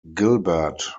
gilbert